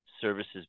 services